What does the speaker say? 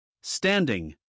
Standing